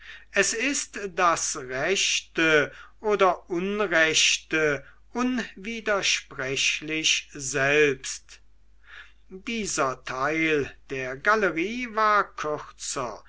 es ist das rechte oder unrechte unwidersprechlich selbst dieser teil der galerie war kürzer